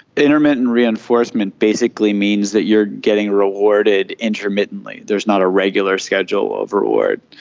intermittent reinforcement basically means that you are getting rewarded intermittently. there's not a regular schedule of reward.